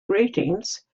greetings